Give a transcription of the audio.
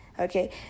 okay